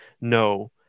no